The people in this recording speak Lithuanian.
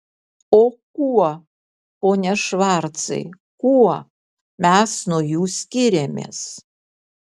o kuo pone švarcai kuo mes nuo jų skiriamės